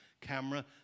camera